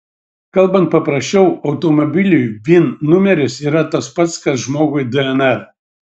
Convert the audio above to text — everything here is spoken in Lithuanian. kalbant paprasčiau automobiliui vin numeris yra tas pats kas žmogui dnr